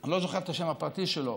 אני לא זוכר את השם הפרטי שלו,